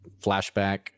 flashback